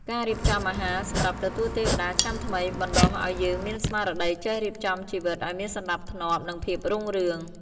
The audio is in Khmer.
ការរៀបចំអាហារសម្រាប់ទទួលទេវតាឆ្នាំថ្មី បណ្ដុះឱ្យយើងមានស្មារតីចេះរៀបចំជីវិតឱ្យមានសណ្ដាប់ធ្នាប់ និងភាពរុងរឿង។